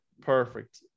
Perfect